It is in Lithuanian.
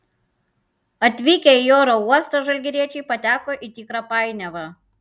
atvykę į oro uostą žalgiriečiai pateko į tikrą painiavą